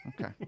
Okay